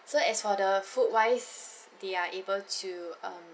so as for the food wise they are able to um